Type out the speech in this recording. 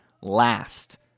last